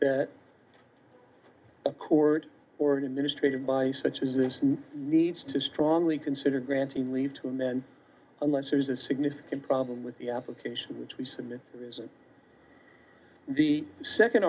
t a court or an administrator by such as this needs to strongly consider granting leave to men unless there is a significant problem with the application which we submit is the second